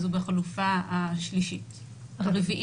הוא בחלופה הרביעית.